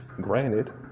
granted